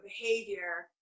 behavior